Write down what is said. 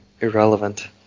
irrelevant